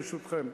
ברשותכם,